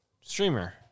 streamer